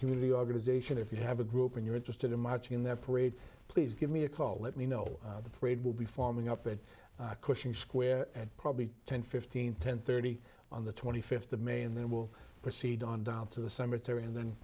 community organization if you have a group and you're interested in marching in their parade please give me a call let me know the parade will be forming up at cushing square and probably ten fifteen ten thirty on the twenty fifth of may and then we'll proceed on down to the cemetery and then